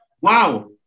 Wow